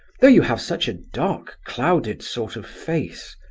though you have such a dark-clouded sort of face.